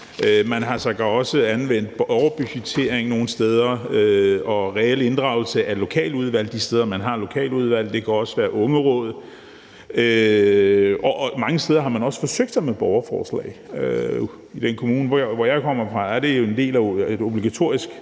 har sågar også anvendt borgerbudgettering nogle steder og reel inddragelse af lokaludvalg de steder, hvor man har lokaludvalg, og det kan også være ungeråd. Mange steder har man også forsøgt sig med borgerforslag. I den kommune, jeg kommer fra, er det en obligatorisk